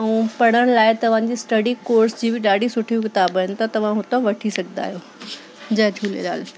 ऐं पढ़ण लाइ तव्हां जी स्टडी कोर्स जी बि ॾाढी सुठियूं किताब आहिनि त तव्हां हुतो वठी सघंदा आहियो जय झूलेलाल